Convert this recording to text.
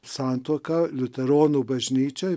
santuoka liuteronų bažnyčioj